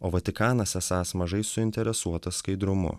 o vatikanas esąs mažai suinteresuotas skaidrumu